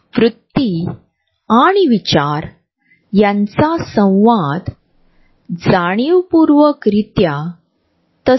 या व्हिडिओमध्ये आम्ही आमच्या स्वतःच्या वैयक्तिक जागेवर सांस्कृतिक पैलू कसे अधिकार गाजवितात हे पाहू शकतो